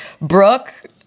brooke